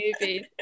movies